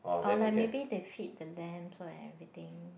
or like maybe they feed the lambs so and everything